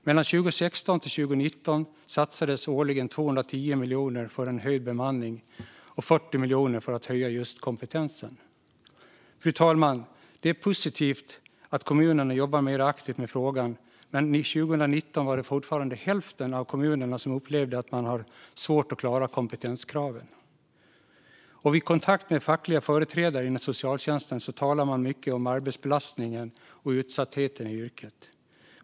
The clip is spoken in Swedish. Åren 2016-2019 satsades årligen 210 miljoner för en höjd bemanning och 40 miljoner för att just höja kompetensen. Fru talman! Det är positivt att kommunerna jobbat mera aktivt med frågan. Men 2019 var det fortfarande hälften av kommunerna som upplevde att de har svårt att klara kompetenskraven. Vid kontakt med fackliga företrädare inom socialtjänsten talar man mycket om arbetsbelastningen och utsattheten i yrket.